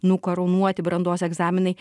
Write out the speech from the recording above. nukarūnuoti brandos egzaminai